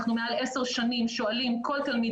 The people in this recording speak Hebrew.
אנחנו מעל 10 שנים שואלים כל תלמיד